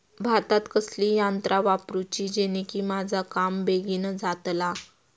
भातात कसली यांत्रा वापरुची जेनेकी माझा काम बेगीन जातला?